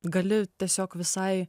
gali tiesiog visai